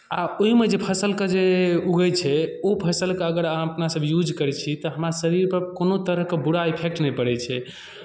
आ ओहिमे जे फसलके जे उगैत छै ओ फसलके अगर अहाँ अपनासभ यूज करै छी तऽ हमरा शरीरपर कोनो तरहके बुरा इफैक्ट नहि पड़ै छै